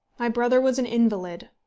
my brother was an invalid,